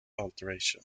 alteration